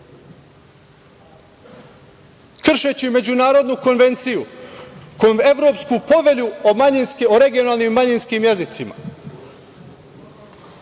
kršeći Međunarodnu konvenciju, Evropsku povelju o regionalnim manjinskim jezicima.O